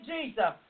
Jesus